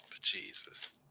jesus